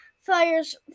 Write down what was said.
fires